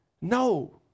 No